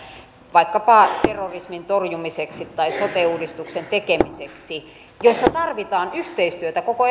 vaikkapa terrorismin torjumiseksi tai sote uudistuksen tekemiseksi joissa tarvitaan yhteistyötä koko